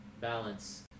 balance